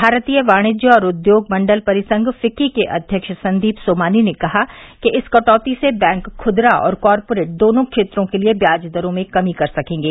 भारतीय वाणिज्य और उद्योग मंडल परिसंघ फिक्की के अध्यक्ष संदीप सोमानी ने कहा कि इस कटौती से बैंक खुदरा और कार्परेट दोनो क्षेत्रों के लिए ब्याज दरों में कमी कर सकेंगे